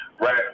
Right